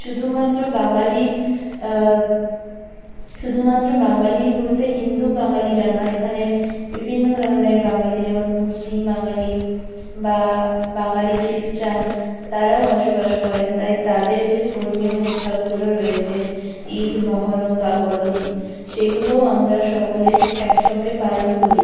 শুধুমাত্র বাঙালির শুধুমাত্র বাঙালি বলতে হিন্দু বাঙালিরা নয় এখানে বিভিন্ন ধরনের বাঙালি যেমন মুসলিম বাঙালি বা বাঙালি খ্রিস্টান তারাও বসবাস করেন তাই তাদের যে ধর্মীয় উৎসবগুলো রয়েছে ঈদ মহরম বা বড়দিন সেগুলোও আমরা সকলে একসঙ্গে পালন করি